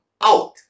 out